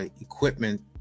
equipment